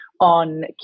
on